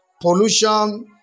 pollution